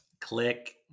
Click